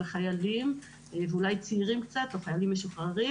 חיילים ואולי צעירים קצת או חיילים משוחררים,